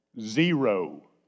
Zero